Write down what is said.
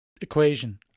equation